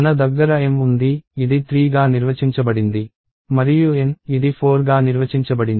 మన దగ్గర M ఉంది ఇది 3గా నిర్వచించబడింది మరియు N ఇది 4గా నిర్వచించబడింది